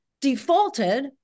defaulted